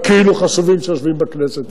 ה"כאילו חשובים" שיושבים בכנסת.